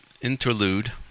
interlude